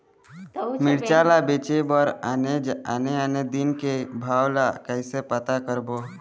मिरचा ला बेचे बर आने आने दिन के भाव ला कइसे पता करबो?